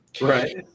Right